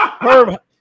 Herb